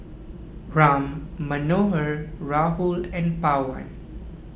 Ram Manohar Rahul and Pawan